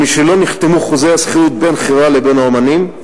ומשלא נחתמו חוזי השכירות בין החברה לבין האמנים,